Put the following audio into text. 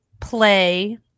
play